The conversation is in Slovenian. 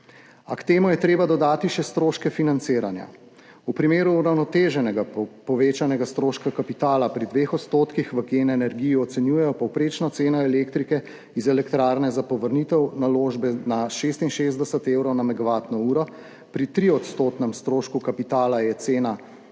A k temu je treba dodati še stroške financiranja. V primeru uravnoteženega povečanega stroška kapitala pri 2 % v GEN energiji ocenjujejo povprečno ceno elektrike iz elektrarne za povrnitev naložbe 66 evrov na megavatno uro, pri triodstotnem strošku kapitala je cena 81 evrov,